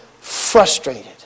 frustrated